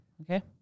Okay